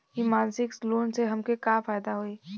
इ मासिक लोन से हमके का फायदा होई?